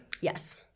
Yes